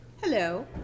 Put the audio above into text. hello